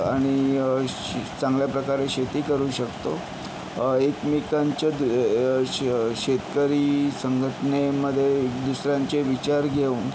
आणि चांगल्या प्रकारे शेती करू शकतो एकमेकांच्या द शे शेतकरी संघटनेमध्ये एक दुसऱ्यांचे विचार घेऊन